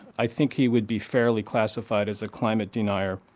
i think he would be fairly classified as a climate denier.